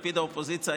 שישאירו אותי עד 02:00,